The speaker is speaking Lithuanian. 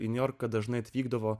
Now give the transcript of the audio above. į niujorką dažnai atvykdavo